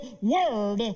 Word